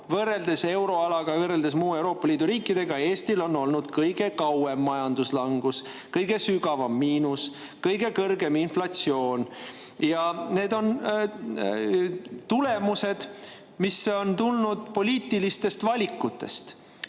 võrreldes euroalaga, võrreldes muude Euroopa Liidu riikidega on Eestil olnud kõige kauem majanduslangus, meil on kõige sügavam miinus, kõige kõrgem inflatsioon. Need on tulemused, mis on tulnud poliitilistest valikutest,